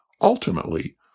Ultimately